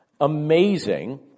amazing